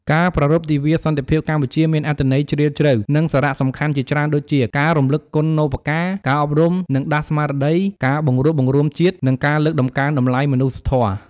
ការប្រារព្ធទិវាសន្តិភាពកម្ពុជាមានអត្ថន័យជ្រាលជ្រៅ និងសារៈសំខាន់ជាច្រើនដូចជា ការរំលឹកគុណូបការ ការអប់រំ និងដាស់ស្មារតី ការបង្រួបបង្រួមជាតិ និងការលើកតម្កើងតម្លៃមនុស្សធម៌។